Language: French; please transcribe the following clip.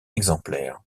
exemplaire